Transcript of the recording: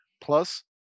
Plus